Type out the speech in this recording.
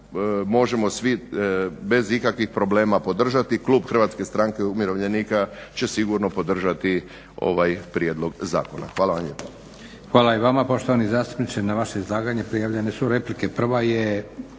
možemo svi bez ikakvih problema podržati. Klub HSU-a će sigurno podržati ovaj prijedlog zakona. Hvala vam lijepa.